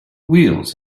wheels